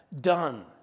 done